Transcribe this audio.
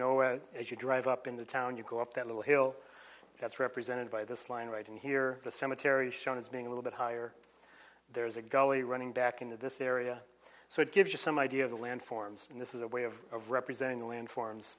know where as you drive up in the town you go up that little hill that's represented by this line right here the cemetery shown as being a little bit higher there's a gully running back into this area so it gives you some idea of the land forms and this is a way of representing the land forms